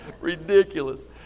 Ridiculous